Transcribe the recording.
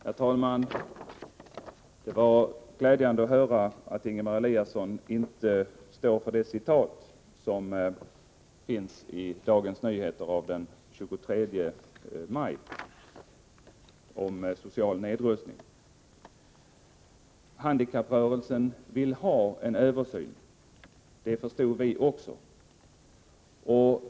Herr talman! Det var glädjande att höra att Ingemar Eliasson inte står för det uttalande som återges i Dagens Nyheter av den 23 maj om social nedrustning. Handikapprörelsen vill ha en översyn. Det förstod vi också.